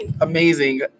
amazing –